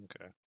Okay